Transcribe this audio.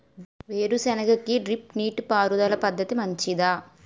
వేరుసెనగ కి డ్రిప్ నీటిపారుదల పద్ధతి మంచిదా?